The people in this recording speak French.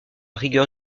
rigueur